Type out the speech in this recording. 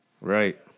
right